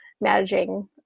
managing